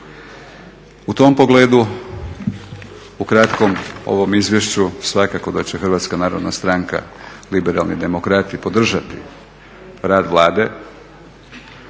U tom pogledu u kratkom ovom izvješću svakako da će Hrvatska narodna stranka - Liberalni demokrati podržati rad Vlade